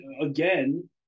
again